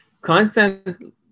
constant